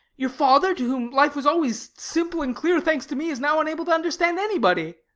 your father, to whom life was always simple and clear, thanks to me, is now unable to understand anybody.